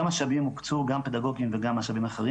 הרבה משאבים הוקצו גם פדגוגיים וגם משאבים אחרים